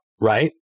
right